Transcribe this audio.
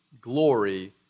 glory